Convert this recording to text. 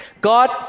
God